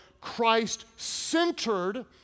Christ-centered